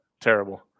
Terrible